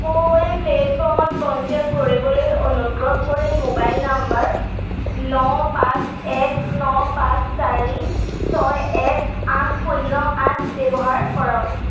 কো win প্লে'টফৰ্মত পঞ্জীয়ন কৰিবলৈ অনুগ্ৰহ কৰি ম'বাইল নম্বৰ ন পাঁচ এক ন পাঁচ চাৰি ছয় এক আঠ শূন্য আঠ ব্যৱহাৰ কৰক